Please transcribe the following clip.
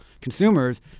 consumers